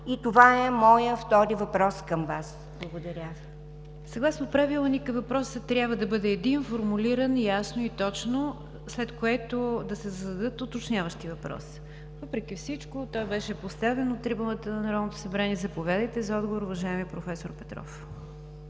г. Това е моят втори въпрос към Вас. Благодаря Ви. ПРЕДСЕДАТЕЛ НИГЯР ДЖАФЕР: Съгласно Правилника въпросът трябва да бъде един, формулиран ясно и точно, след което да се зададат уточняващи въпроси, въпреки всичко той беше поставен от трибуната на Народното събрание. Заповядайте за отговор, уважаеми проф. Петров.